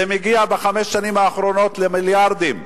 זה מגיע בחמש השנים האחרונות למיליארדים.